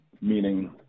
meaning